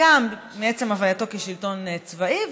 הווייתו כשלטון צבאי,